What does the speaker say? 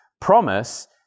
promise